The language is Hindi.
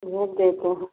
भेज देते हैं